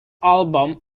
album